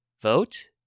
vote